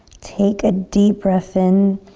take a deep breath in.